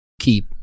keep